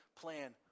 plan